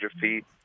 feet